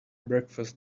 breakfast